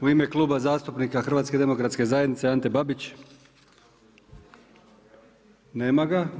U ime Kluba zastupnika HDZ-a, Ante Babić, nema ga.